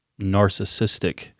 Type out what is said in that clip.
narcissistic